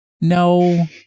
no